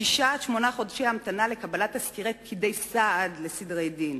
ועל שישה עד שמונה חודשי המתנה לקבלת תסקירי פקידי סעד לסדרי דין.